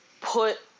put